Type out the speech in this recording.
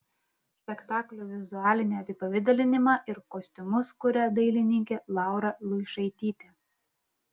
spektaklio vizualinį apipavidalinimą ir kostiumus kuria dailininkė laura luišaitytė